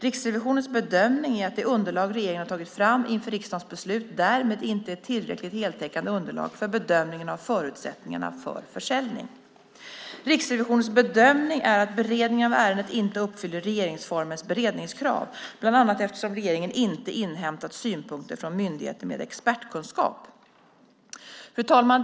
Riksrevisionens bedömning är att det underlag regeringen har tagit fram inför riksdagens beslut, därmed inte är ett tillräckligt heltäckande underlag för bedömningen av förutsättningar för försäljning." Vidare: "Riksrevisionen bedömning är att beredningen av ärendet inte uppfyller regeringsformens beredningskrav, bl.a. eftersom regeringen inte inhämtat synpunkter från myndigheter med expertkunskap." Fru talman!